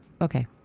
okay